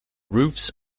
roofs